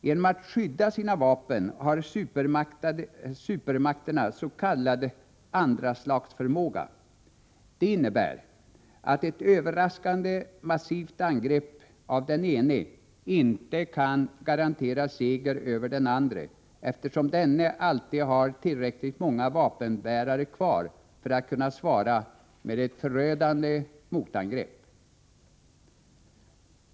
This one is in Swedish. Genom att skydda sina vapen har supermakterna s.k. andraslagsförmåga. Det innebär att ett överraskande, massivt angrepp av den ene inte kan garantera seger över den andre, eftersom denne alltid har tillräckligt många vapenbärare kvar för att kunna svara med ett förödande motangrepp.